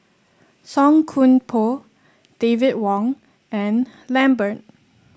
Song Koon Poh David Wong and Lambert